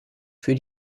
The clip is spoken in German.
für